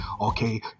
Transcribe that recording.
Okay